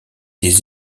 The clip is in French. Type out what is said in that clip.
des